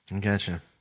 Gotcha